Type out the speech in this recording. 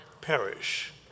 perish